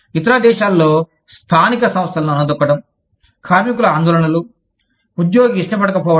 ఇతర దేశాలలో స్థానిక సంస్థలను అణగదొక్కడం కార్మికుల ఆందోళనలు ఉద్యోగి ఇష్టపడకపోవడం